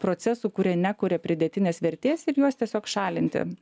procesų kurie nekuria pridėtinės vertės ir juos tiesiog šalinti